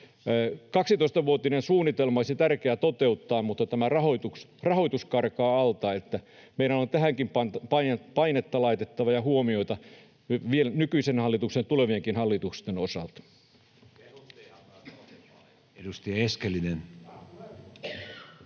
12-vuotinen suunnitelma olisi tärkeää toteuttaa, mutta tämä rahoitus karkaa alta. Meidän on tähänkin laitettava painetta ja huomioita vielä nykyisen hallituksen ja tulevienkin hallitusten osalta. [Sheikki